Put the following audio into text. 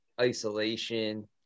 Isolation